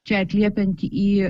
čia atliepiant į